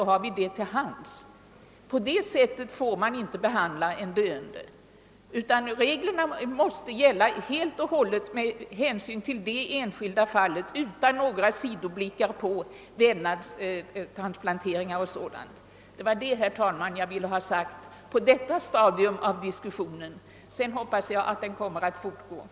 På detta sätt får man inte behandla en döende, Reglerna måste utformwas helt och hållet med hänsyn till det enskilda fallet utan några sidoblickar på vävnadstransplantationer o. d. Det var detta, herr talman, jag ville ha sagt på detta stadium av diskussionen, som jag hoppas kommer att fortsätta.